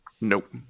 Nope